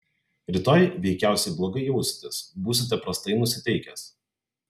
rytoj veikiausiai blogai jausitės būsite prastai nusiteikęs